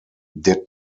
der